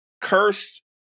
cursed